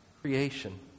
creation